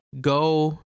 Go